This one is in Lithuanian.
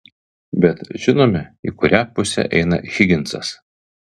bet žinome į kurią pusę eina higinsas